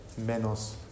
menos